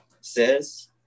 says